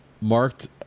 marked